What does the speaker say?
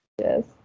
Yes